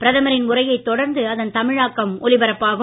பிரதமரின் உரையைத் தொடர்ந்து அதன் தமிழாக்கம் ஒலிபரப்பாகும்